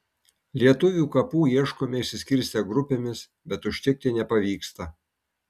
lietuvių kapų ieškome išsiskirstę grupėmis bet užtikti nepavyksta